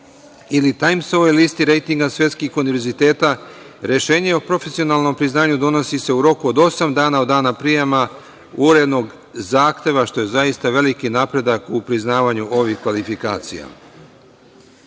ili „Tajmsovoj“ listi rejtinga svetskih univerziteta, rešenje o profesionalnom priznanju donosi se u roku od osam dana od dana prijema urednog zahteva, što je zaista veliki napredak u priznavanju ovih kvalifikacija. Ono